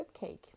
cupcake